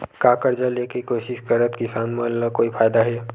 का कर्जा ले के कोशिश करात किसान मन ला कोई फायदा हे?